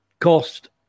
cost